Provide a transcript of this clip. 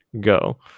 Go